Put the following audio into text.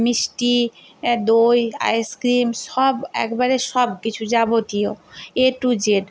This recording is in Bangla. মিষ্টি দই আইসক্রিম সব একবারে সবকিছু যাবতীয় এ টু জেড